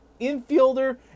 infielder